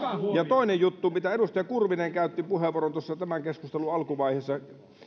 toinen juttu kun edustaja kurvinen käytti puheenvuoron tuossa tämän keskustelun alkuvaiheessa